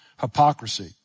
hypocrisy